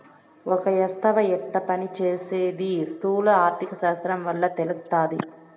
ఒక యవస్త యెట్ట పని సేసీది స్థూల ఆర్థిక శాస్త్రం వల్ల తెలస్తాది